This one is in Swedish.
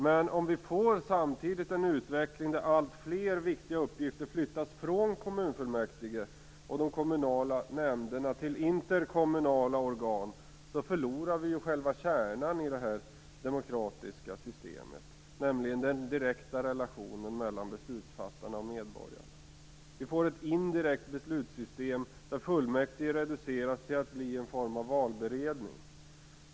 Men om vi samtidigt får en utveckling där alltfler viktiga uppgifter flyttas från kommunfullmäktige och de kommunala nämnderna till interkommunala organ, förlorar vi själva kärnan i det demokratiska systemet, dvs. den direkta relationen mellan beslutsfattarna och medborgarna. Vi får ett indirekt beslutssystem, där fullmäktige reduceras till att bli en form av valberedning.